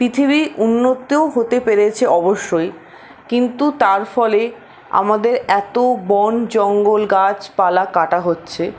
পৃথিবী উন্নত হতে পেরেছে অবশ্যই কিন্তু তার ফলে আমাদের এতো বনজঙ্গল গাছপালা কাটা হচ্ছে